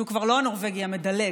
שהוא כבר לא הנורבגי המדלג,